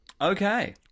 Okay